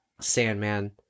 Sandman